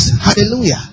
Hallelujah